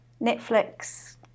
Netflix